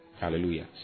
Hallelujah